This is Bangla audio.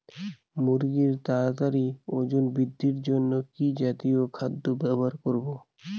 মুরগীর তাড়াতাড়ি ওজন বৃদ্ধির জন্য কি জাতীয় খাদ্য ব্যবহার করব?